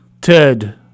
Ted